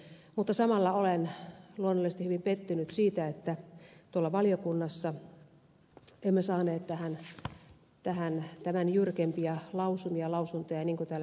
mutta samalla olen luonnollisesti hyvin pettynyt siitä että valiokunnassa emme saaneet tähän tämän jyrkempiä lausumia niin kuin täällä ed